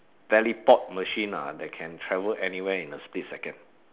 teleport machine ah that can travel anywhere in a split second